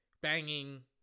banging